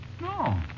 No